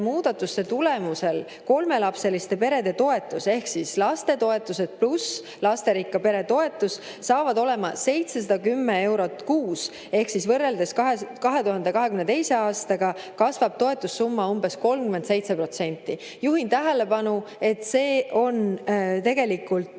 muudatuste tulemusel kolmelapseliste perede toetus ehk lapsetoetused pluss lasterikka pere toetus saavad olema 710 eurot kuus ehk võrreldes 2022. aastaga kasvab toetussumma umbes 37%. Juhin tähelepanu, et see on tegelikult